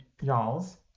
y'all's